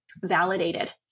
validated